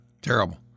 Terrible